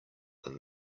than